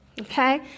okay